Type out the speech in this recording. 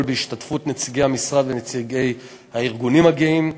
בהשתתפות נציגי המשרד ונציגי הארגונים הגאים,